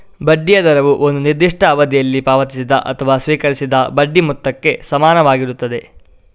ಬಡ್ಡಿಯ ದರವು ಒಂದು ನಿರ್ದಿಷ್ಟ ಅವಧಿಯಲ್ಲಿ ಪಾವತಿಸಿದ ಅಥವಾ ಸ್ವೀಕರಿಸಿದ ಬಡ್ಡಿ ಮೊತ್ತಕ್ಕೆ ಸಮಾನವಾಗಿರುತ್ತದೆ